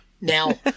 Now